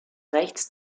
rechts